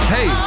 Hey